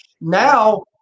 now